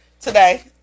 Today